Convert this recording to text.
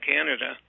Canada